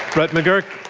brett mcgurk.